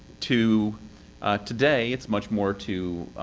to today. it's much more to